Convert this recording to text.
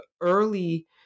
early